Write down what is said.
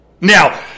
Now